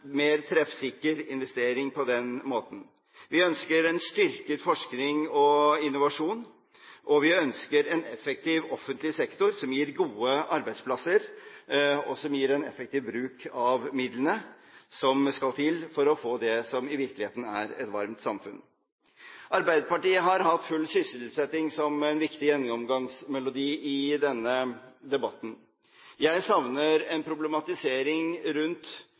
mer treffsikker investering på den måten. Vi ønsker styrket forskning og innovasjon, og vi ønsker en effektiv offentlig sektor som gir gode arbeidsplasser og som gir en effektiv bruk av midlene som skal til for å få det som i virkeligheten er et varmt samfunn. Arbeiderpartiet har hatt full sysselsetting som en viktig gjennomgangsmelodi i denne debatten. Jeg savner en problematisering rundt